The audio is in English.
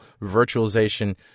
virtualization